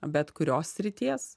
bet kurios srities